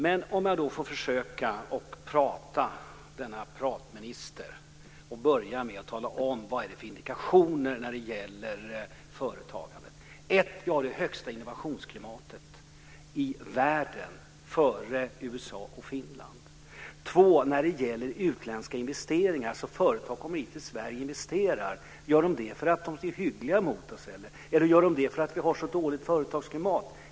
Men om nu denna pratminister får prata vill jag börja med att tala om vilka indikationer som finns när det gäller företagandet. För det första: Vi har det bästa innovationsklimatet i världen. Vi ligger före USA och Finland. För det andra: Utländska företag kommer hit till Sverige och investerar. Gör de det för att de är hyggliga mot oss, eller är det för att vi har ett så dåligt företagsklimat?